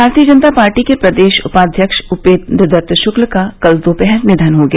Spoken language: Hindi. भारतीय जनता पार्टी के प्रदेश उपाध्यक्ष उपेन्द्र दत्त शुक्ल का कल दोपहर निधन हो गया